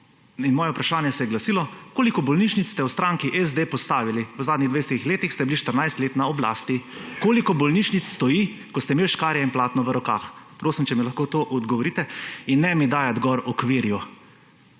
in moje vprašanje se je glasilo: Koliko bolnišnic ste v stranki SD postavili; v zadnjih dvajsetih letih ste bili štirinajst let na oblasti? Koliko bolnišnic stoji, ko ste imeli škarje in platno v rokah? Prosim, če mi lahko na to odgovorite. In ne mi dajati gor okvirjev,